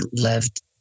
left